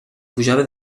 pujava